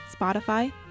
Spotify